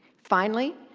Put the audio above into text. finally,